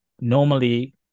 normally